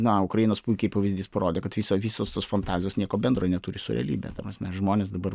na ukrainos puikiai pavyzdys parodė kad visos tos fantazijos nieko bendro neturi su realybe ta prasme žmonės dabar